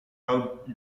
route